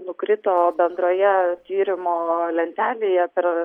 nukrito bendroje tyrimo lentelėje per